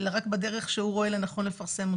אלא רק בדרך שהוא רואה לנכון לפרסם אותן.